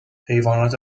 حیوانات